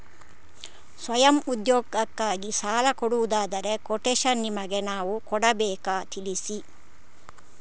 ಸ್ವಯಂ ಉದ್ಯೋಗಕ್ಕಾಗಿ ಸಾಲ ಕೊಡುವುದಾದರೆ ಕೊಟೇಶನ್ ನಿಮಗೆ ನಾವು ಕೊಡಬೇಕಾ ತಿಳಿಸಿ?